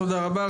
תודה רבה,